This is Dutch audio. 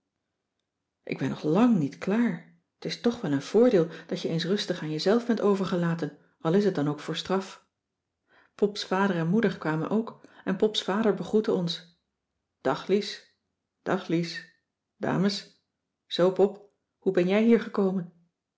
ik ben nog lang niet klaar t is toch wel een voordeel dat je eens rustig aan jezelf bent overgelaten al is het dan ook voor straf pops vader en moeder kwamen ook en pops vader begroette ons dag lies dag lies dames zoo pop hoe ben jij hier gekomen